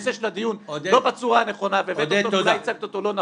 הנושא של הדיון לא בצורה הנכונה והצגת אותו לא נכון.